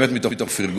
באמת מתוך פרגון,